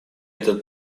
этот